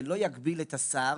זה לא יגביל את השר